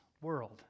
world